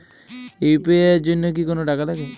UPI এর জন্য কি কোনো টাকা লাগে?